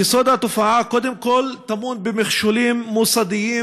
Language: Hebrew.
יסוד התופעה טמון קודם כול במכשולים מוסדיים,